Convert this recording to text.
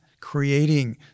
creating